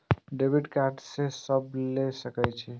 Debit card के सब ले सके छै?